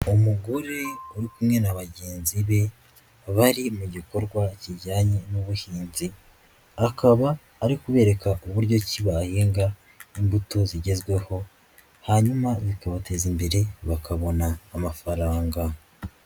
Umugore uri kumwe na bagenzi be bari mu gikorwa kijyanye n'ubuhinzi, akaba ari kubereka uburyo ki bahinga imbuto zigezweho hanyuma bikabateza imbere bakabona amafaranga.